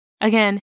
Again